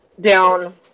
down